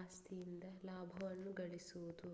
ಆಸ್ತಿಯಿಂದ ಲಾಭವನ್ನು ಗಳಿಸುವುದು